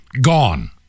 Gone